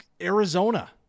Arizona